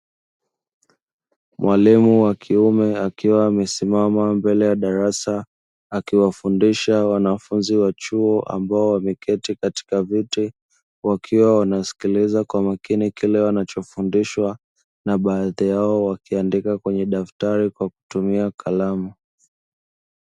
Mwalimu wa kiume akiwa amesimama mbele ya darasa, akiwafundisha wanafunzi wa chuo ambao wameketi katika viti, wakiwa wanasikiliza kwa makini kile wanachofundishwa na baadhi yao wakiandika kwenye daftari kwa kutumia kalamu.